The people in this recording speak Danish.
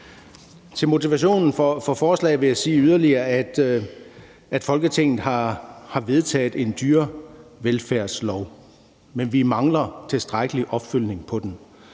til motivationen for forslaget vil jeg yderligere sige, at Folketinget har vedtaget en dyrevelfærdslov, men vi mangler tilstrækkelig opfølgning på den.